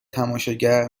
تماشاگر